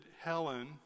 Helen